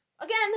Again